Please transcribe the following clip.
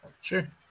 Sure